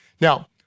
Now